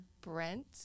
Brent